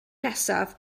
nesaf